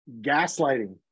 gaslighting